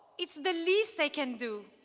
it's the least i can do,